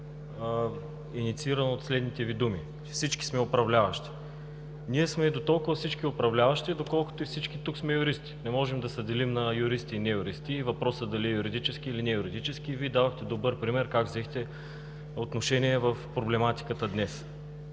иницииран от следните Ви думи: „всички сме управляващи“. Ние всички сме дотолкова управляващи, доколкото всички тук сме юристи. Не може да се делим на юристи и на неюристи, и дали въпросът е юридически или не е юридически. Вие дадохте добър пример как днес взехте отношение в проблематиката.